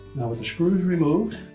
now with the screws removed,